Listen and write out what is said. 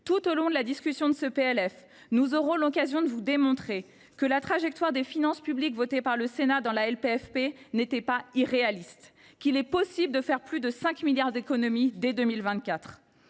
Tout au long de la discussion de ce PLF, nous aurons l’occasion de vous démontrer que la trajectoire des finances publiques votée par le Sénat dans la LPFP n’était pas irréaliste et qu’il est possible de réaliser plus de 5 milliards d’euros d’économies dès 2024.